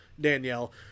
Danielle